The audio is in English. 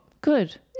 Good